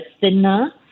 thinner